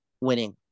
winning